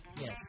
Yes